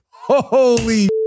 Holy